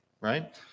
right